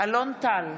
אלון טל,